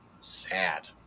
sad